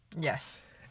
yes